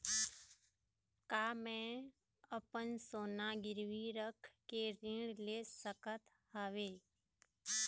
का मैं अपन सोना गिरवी रख के ऋण ले सकत हावे?